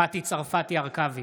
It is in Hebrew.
מטי צרפתי הרכבי,